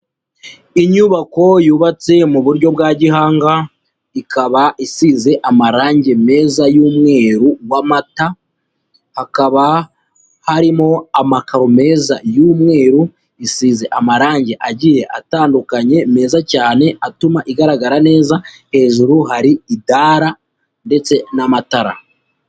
Inyubako yubatse mu buryo bwa gihanga ikaba isize amarange meza y'umweruru w'amata, hakaba harimo amakaro meza y'umweru, isize amarange agiye atandukanye meza cyane atuma igaragara neza, hejuru hari idara ndetse n'amatara.